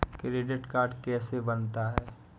Credit card कैसे बनता है?